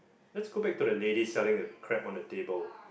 let's go back to the lady selling a crab on the table